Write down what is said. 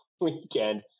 weekend